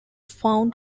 found